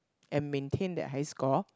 and maintain that high score